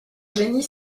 génie